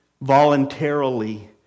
voluntarily